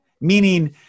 meaning